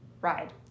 ride